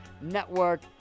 network